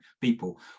people